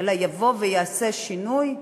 אלא יבוא ויעשה שינוי.